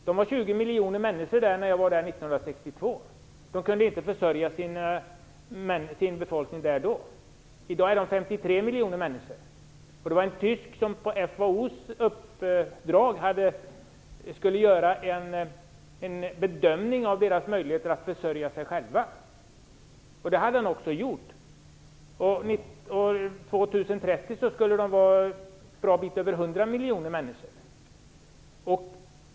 Där fanns 20 miljoner människor när jag besökte landet 1962. De kunde inte försörja befolkningen då. I dag är de 53 miljoner människor. En tysk skulle på FAO:s uppdrag göra en bedömning av landets möjligheter att försörja befolkningen självt. Han gjorde det. År 2030 skulle befolkningen var en bra bit över 100 miljoner.